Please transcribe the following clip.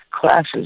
classes